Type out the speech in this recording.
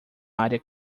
área